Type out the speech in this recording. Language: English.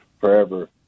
forever